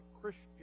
Christian